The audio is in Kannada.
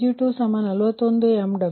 76 Pg241 MW